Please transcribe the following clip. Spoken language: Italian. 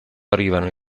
arrivano